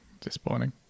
Disappointing